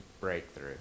breakthrough